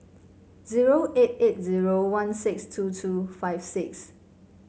zero eight eight zero one six two two five six